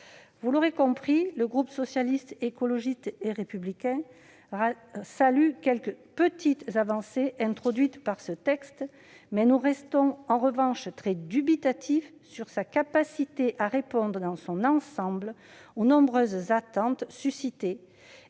Vous l'aurez compris, le groupe Socialiste, Écologiste et Républicain salue quelques petites avancées introduites par ce texte ; en revanche, il reste très dubitatif sur sa capacité à répondre dans son ensemble aux nombreuses attentes.